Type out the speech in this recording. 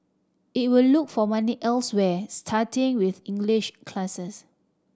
it will look for money elsewhere starting with English classes